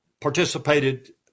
participated